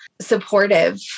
supportive